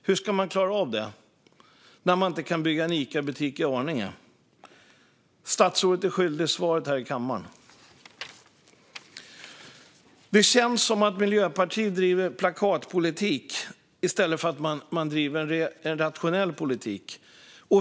Hur ska man klara av det, när det inte ens går att bygga en Icabutik i Arninge? Statsrådet är svaret skyldig här i kammaren. Det känns som om Miljöpartiet driver plakatpolitik i stället för en rationell politik.